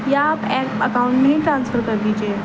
یا آپ اکاؤنٹ میں ہی ٹرانسفر کر دیجیے